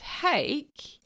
take